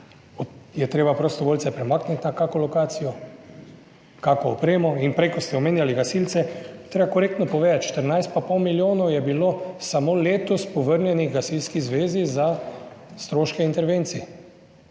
je treba prostovoljce premakniti na kako lokacijo, kako opremo in prej, ko ste omenjali gasilce, je treba korektno povedati, 14 pa pol milijonov je bilo samo letos povrnjenih Gasilski zvezi za stroške intervencij